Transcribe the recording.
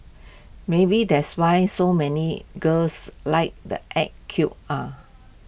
maybe that's why so many girls like the act cute ah